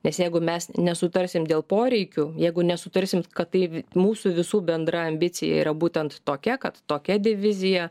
nes jeigu mes nesutarsim dėl poreikių jeigu nesutarsim kad tai mūsų visų bendra ambicija yra būtent tokia kad tokia divizija